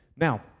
Now